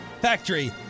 factory